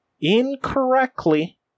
incorrectly